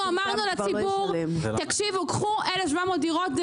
אנחנו אמרנו לציבור קחו 1,700 דירות,